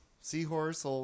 seahorse